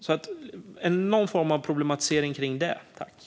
Kan vi få någon form av problematisering kring det, tack?